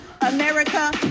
America